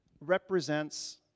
represents